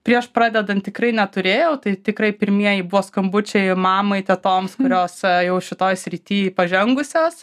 prieš pradedant tikrai neturėjau tai tikrai pirmieji buvo skambučiai mamai tetoms kurios jau šitoj srity pažengusios